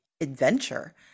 adventure